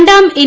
രണ്ടാം എൻ